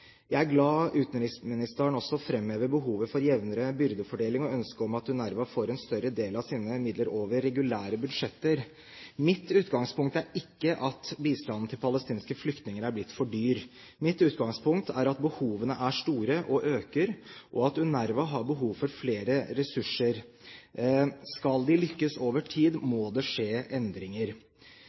Jeg er glad utenriksministeren også framhever behovet for jevnere byrdefordeling og ønsket om at UNRWA får en større del av sine midler over regulære budsjetter. Mitt utgangspunkt er ikke at bistanden til palestinske flyktninger er blitt for dyr. Mitt utgangspunkt er at behovene er store og øker, og at UNRWA har behov for flere ressurser. Skal de lykkes over tid, må det skje endringer.